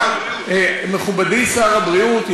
מכובדי שר הבריאות,